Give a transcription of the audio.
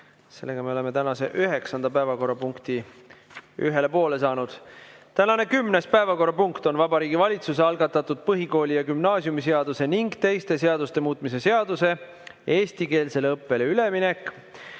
kell 17.15. Oleme tänase üheksanda päevakorrapunktiga ühele poole saanud. Tänane kümnes päevakorrapunkt on Vabariigi Valitsuse algatatud põhikooli‑ ja gümnaasiumiseaduse ning teiste seaduste muutmise seaduse (eestikeelsele õppele üleminek)